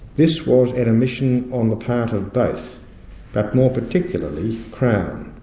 this was an admission on the part of both but more particularly crown.